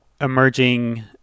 emerging